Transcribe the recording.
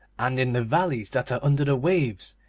and in the valleys that are under the waves,